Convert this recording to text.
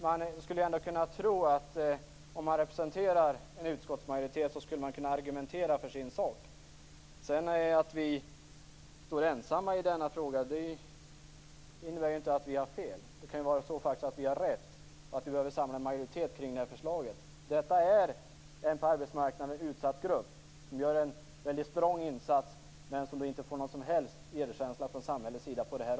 Man kunde ändå tro att en som representerar en utskottsmajoritet skulle kunna argumentera för sin sak. Att vi sedan står ensamma i denna fråga behöver inte innebära att vi har fel. Det kan ju faktiskt vara så att vi har rätt och att vi behöver samla en majoritet kring det här förslaget. Detta är en utsatt grupp på arbetsmarknaden som gör en väldigt strong insats men inte får någon som helst erkänsla från samhällets sida.